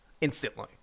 instantly